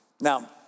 Now